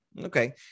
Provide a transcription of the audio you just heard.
Okay